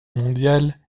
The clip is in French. mondiale